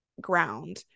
ground